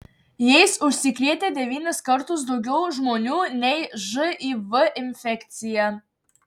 jais užsikrėtę devynis kartus daugiau žmonių nei živ infekcija